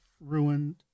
ruined